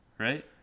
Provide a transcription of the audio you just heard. right